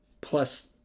plus